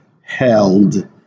held